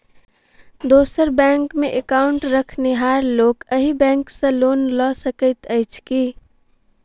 दोसर बैंकमे एकाउन्ट रखनिहार लोक अहि बैंक सँ लोन लऽ सकैत अछि की?